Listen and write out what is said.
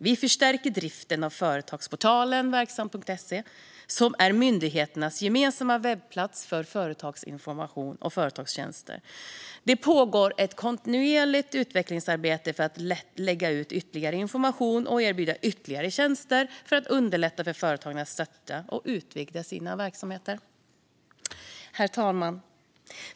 Vi förstärker driften av företagsportalen Verksamt.se, som är myndigheternas gemensamma webbplats för företagsinformation och företagstjänster. Det pågår ett kontinuerligt utvecklingsarbete för att lägga ut ytterligare information och erbjuda ytterligare tjänster för att underlätta för företagare att starta och utvidga sina verksamheter. Herr talman!